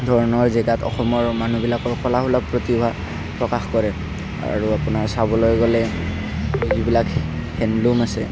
ধৰণৰ জেগাত অসমৰ মানুহবিলাকৰ কলাসুলভ প্ৰতিভা প্ৰকাশ কৰে আৰু আপোনাৰ চাবলৈ গ'লে যিবিলাক হেণ্ডলুম আছে